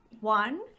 One